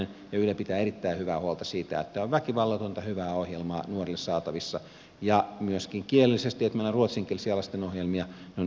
yle pitää erittäin hyvää huolta siitä että on väkivallatonta hyvää ohjelmaa nuorille saatavissa ja myöskin kielellisesti se että meillä on ruotsinkielisiä lastenohjelmia on erittäin tärkeätä